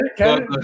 Okay